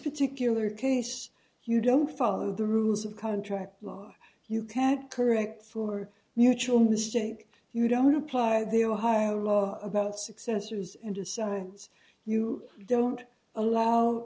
particular case you don't follow the rules of contract law you can't correct for mutual mistake you don't apply the ohio law about successors into science you don't allow